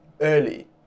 early